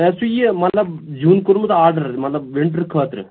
مےٚ حظ چھُ یہِ مطلب زِیُن کوٚرمُت آرڈر مطلب وِنٛٹر خٲطرٕ